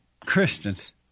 Christians